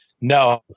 No